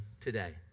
today